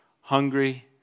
hungry